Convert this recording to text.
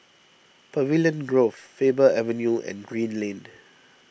Pavilion Grove Faber Avenue and Green Lane